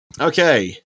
Okay